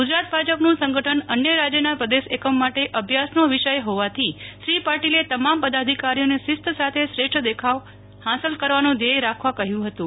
ગુજરાત ભાજપ સંગઠન અન્ય રાજયના પ્રદેશ એકમ માટે અભ્યાસનો વિષય હોવાથી શ્રી પાટિલે તમામ પદાધિકારીઓને શિસ્ત સાથે શ્રેષ્ઠ દેખાવ હાંસલ કરવાનું ધ્યેથ રાખવા કહ્યુ હતું